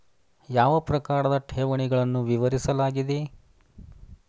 ಯಾವ ಪ್ರಕಾರದ ಠೇವಣಿಗಳನ್ನು ವಿವರಿಸಲಾಗಿದೆ?